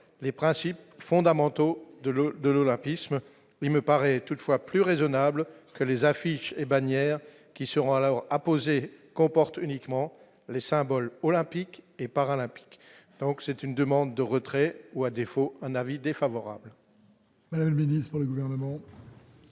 les principes fondamentaux de l'eau de l'olympisme, il me paraît toutefois plus raisonnable que les affiches et bannières qui seront alors comporte uniquement les symboles olympiques et paralympiques, donc c'est une demande de retrait ou à défaut un avis défavorable.